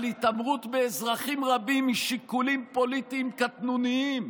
על התעמרות באזרחים רבים משיקולים פוליטיים קטנוניים,